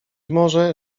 może